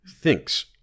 Thinks